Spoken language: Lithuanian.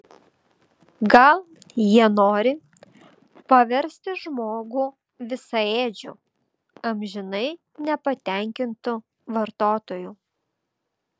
gal jie nori paversti žmogų visaėdžiu amžinai nepatenkintu vartotoju